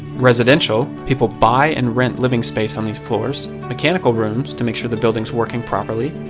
residential, people buy and rent living space on these floors. mechanical rooms to make sure the building's working properly.